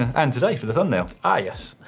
and today, for the thumbnail. ah yes.